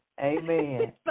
Amen